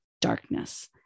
darkness